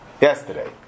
yesterday